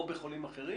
או בחולים אחרים